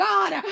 God